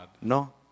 No